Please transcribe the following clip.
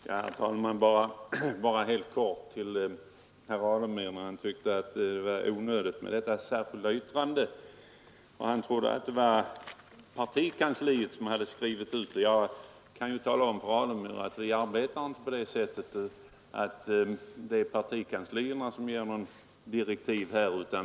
Herr talman! Herr Alemyr tyckte att det var onödigt med vårt särskilda yttrande och trodde att det var partikansliet som hade skrivit ut det. Jag kan tala om för honom att vi inte arbetar på det sättet att partikansliet ger några direktiv.